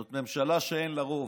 זאת ממשלה שאין לה רוב.